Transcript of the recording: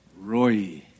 Roy